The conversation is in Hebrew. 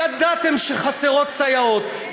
ידעתם שחסרות סייעות,